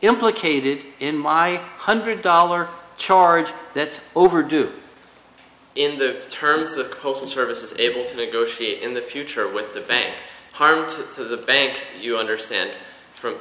implicated in my hundred dollar charge that overdue in the terms the postal service is able to negotiate in the future with the bank harm to the bank you understand f